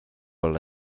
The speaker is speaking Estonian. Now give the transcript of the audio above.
olla